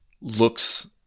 looks